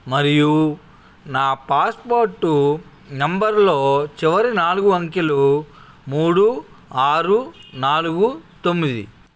మరియు నా పాస్పోర్టు నంబర్లో చివరి నాలుగు అంకెలు మూడు ఆరు నాలుగు తొమ్మిది